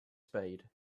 spade